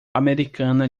americana